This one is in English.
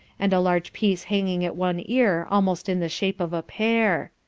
and a large piece hanging at one ear almost in the shape of a pear.